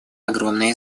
огромные